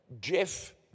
Jeff